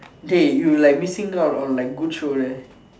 dey you like missing out on like good shows eh